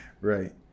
Right